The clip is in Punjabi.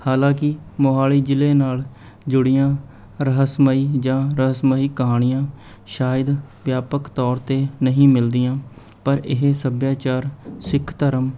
ਹਾਲਾਂਕਿ ਮੋਹਾਲੀ ਜ਼ਿਲ੍ਹੇ ਨਾਲ਼ ਜੁੜੀਆਂ ਰਹੱਸਮਈ ਜਾਂ ਰਹੱਸਮਈ ਕਹਾਣੀਆਂ ਸ਼ਾਇਦ ਵਿਆਪਕ ਤੌਰ 'ਤੇ ਨਹੀਂ ਮਿਲਦੀਆਂ ਪਰ ਇਹ ਸੱਭਿਆਚਾਰ ਸਿੱਖ ਧਰਮ